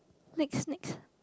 next next